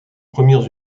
premières